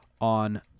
on